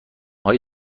هایی